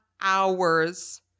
hours